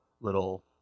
little